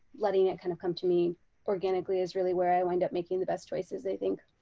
letting it kind of come to me organically is really where i wind up making the best choices i think.